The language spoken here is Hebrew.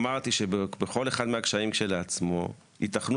אמרתי שבכל אחד מהקשיים כשלעצמו יתכנו